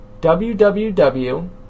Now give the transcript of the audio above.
www